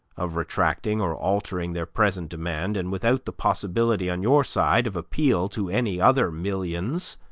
of retracting or altering their present demand, and without the possibility, on your side, of appeal to any other millions,